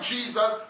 Jesus